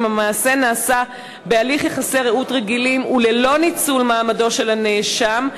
אם המעשה נעשה במהלך יחסי רעות רגילים וללא ניצול מעמדו של הנאשם.